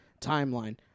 timeline